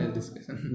discussion